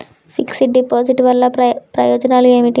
Fix డ్ deposit వల్ల ప్రయోజనాలు ఏమిటి?